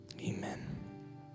amen